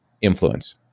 influence